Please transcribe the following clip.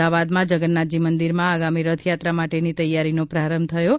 અમદાવાદમાં જગન્નાથજી મંદિરમાં આગામી રથયાત્રા માટેની તૈયારીનો પ્રારંભ થયો છે